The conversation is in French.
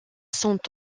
sont